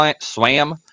swam